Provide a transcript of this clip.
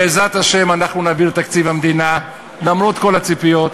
בעזרת השם אנחנו נעביר את תקציב המדינה למרות כל הציפיות.